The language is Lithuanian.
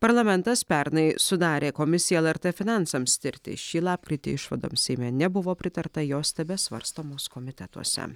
parlamentas pernai sudarė komisiją lrt finansams tirti šį lapkritį išvadoms seime nebuvo pritarta jos tebesvarstomos komitetuose